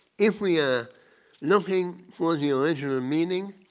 if we are looking for the original meaning,